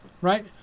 right